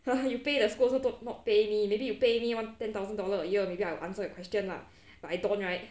you pay the school also not pay me maybe you pay me one ten thousand dollar a year maybe I'll answer your question lah but I don't right